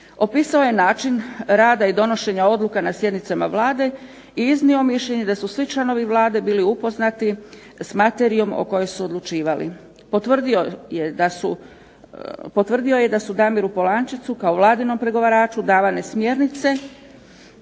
Opisao je način rada i donošenja odluka na sjednicama Vlade i iznio mišljenje da su svi članovi Vlade bili upoznati s materijom o kojoj su odlučivali. Potvrdio je da su Damiru Polančecu kao Vladinom pregovaraču davane smjernice,